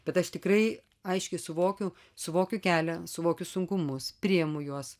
bet aš tikrai aiškiai suvokiu suvokiu kelią suvokiu sunkumus priimu juos